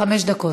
חמש דקות.